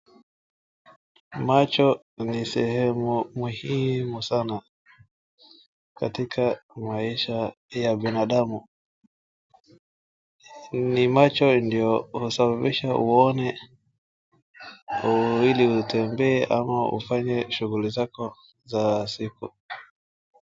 Macho ni sehemu muhimu sana katika maisha ya binadamu. Ni macho ndio usababisha uone ili utembee ama ufanye shughuli zako za siku.